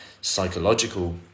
psychological